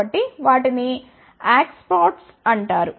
కాబట్టి వాటిని యాక్సెప్టార్స్ అంటారు